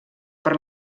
per